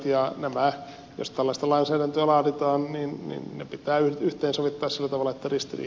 ja jos tällaista lainsäädäntöä laaditaan niin että yhteiselle kasvot ovat risti